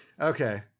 Okay